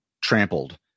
trampled